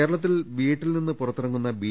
കേരളത്തിൽ വീട്ടിൽ നിന്ന് പുറത്തിറങ്ങുന്ന ബി